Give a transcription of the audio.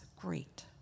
great